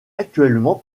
actuellement